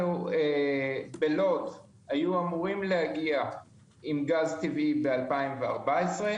בלוד היו אמורים להגיע עם גז טבעי ב-2014.